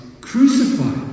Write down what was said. crucified